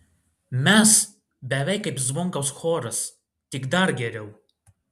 mes beveik kaip zvonkaus choras tik dar geriau